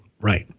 Right